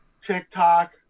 TikTok